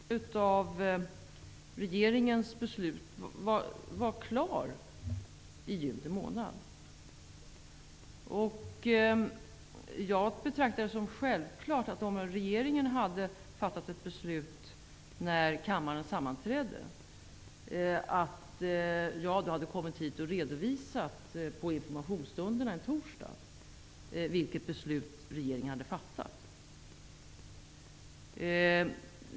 Herr talman! Beredningen av regeringens beslut var klar i juni månad. Eftersom regeringen fattade beslut när kammaren sammanträdde, betraktar jag det som självklart att jag hade kunnat komma hit till informationsstunden en torsdag för att redovisa vilket beslut som regeringen hade fattat.